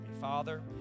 Father